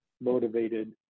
motivated